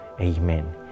Amen